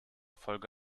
folge